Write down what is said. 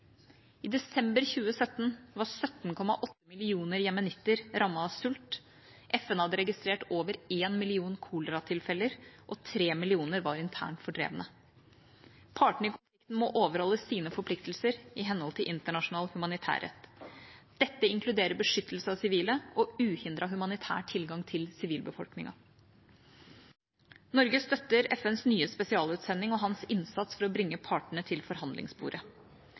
I desember 2017 var 17,8 millioner jemenitter rammet av sult, FN hadde registrert over én million koleratilfeller, og tre millioner var internt fordrevne. Partene i konflikten må overholde sine forpliktelser i henhold til internasjonal humanitærrett. Dette inkluderer beskyttelse av sivile og uhindret humanitær tilgang til sivilbefolkningen. Norge støtter FNs nye spesialutsending og hans innsats for å bringe partene til forhandlingsbordet.